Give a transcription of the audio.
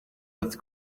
with